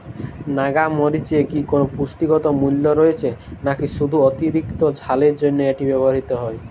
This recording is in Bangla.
নাগা মরিচে কি কোনো পুষ্টিগত মূল্য রয়েছে নাকি শুধু অতিরিক্ত ঝালের জন্য এটি ব্যবহৃত হয়?